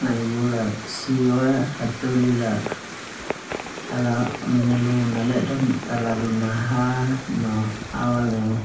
Nai bula sio ia hataholi ala mengeluh neu ledo talalu nahaa no awal neme awal